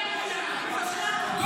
תקרא לסדר רק פה.